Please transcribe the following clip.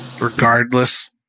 regardless